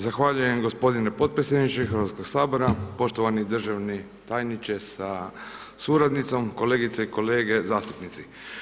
Zahvaljujem gospodine podpredsjedniče Hrvatskog sabora, poštovani državni tajniče sa suradnicom, kolegice i kolege zastupnici.